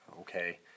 okay